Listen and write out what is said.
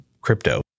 crypto